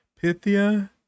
Pythia